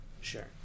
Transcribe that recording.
Sure